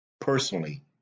personally